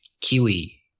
kiwi